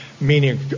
meaning